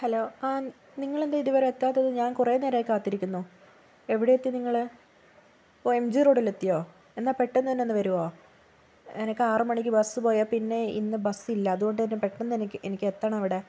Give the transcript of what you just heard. hello ആ നിങ്ങളെന്താണ് ഇതുവരെ എത്താത്തത് ഞാൻ കുറെ നേരമായി കാത്തിരിക്കുന്നു എവിടെയെത്തി നിങ്ങള് എംജി റോഡിലെത്തിയോ എന്നാൽ പെട്ടന്നു തന്നെയൊന്നു വരുവോ എനക്കാറു മണിക്ക് ബസ് പോയാൽ പിന്നെ ഇന്ന് ബസ്സില്ല അതുകൊണ്ട്ത്തന്നെ പെട്ടെന്നെനിക്ക് എത്തണമവിടെ